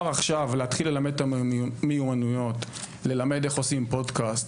עכשיו להתחיל ללמד את המיומנויות ללמד איך עושים פודקסט,